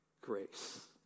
grace